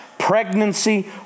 Pregnancy